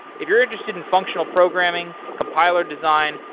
if you're interested in functional programming, compiler design,